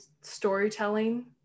storytelling